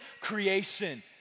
creation